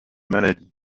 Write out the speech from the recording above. maladies